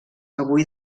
avui